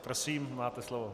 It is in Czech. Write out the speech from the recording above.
Prosím, máte slovo.